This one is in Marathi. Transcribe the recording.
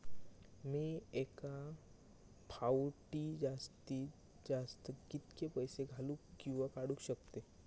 मी एका फाउटी जास्तीत जास्त कितके पैसे घालूक किवा काडूक शकतय?